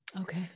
Okay